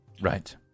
Right